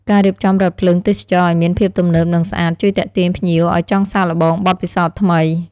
ការរៀបចំរថភ្លើងទេសចរណ៍ឱ្យមានភាពទំនើបនិងស្អាត ជួយទាក់ទាញភ្ញៀវឱ្យចង់សាកល្បងបទពិសោធន៍ថ្មី។